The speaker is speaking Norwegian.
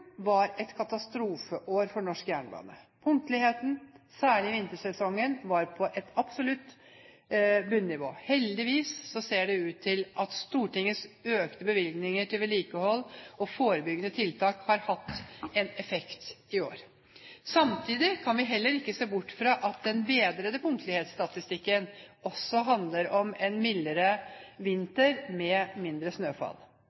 var et katastrofeår for norsk jernbane. Punktligheten, særlig i vintersesongen, var på et absolutt bunnnivå. Heldigvis ser det ut til at Stortingets økte bevilgninger til vedlikehold og forebyggende tiltak har hatt en effekt i år. Samtidig kan vi heller ikke se bort fra at den bedrede punktlighetsstatistikken også handler om en mildere vinter med mindre snøfall.